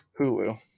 Hulu